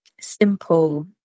simple